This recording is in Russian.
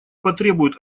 потребуют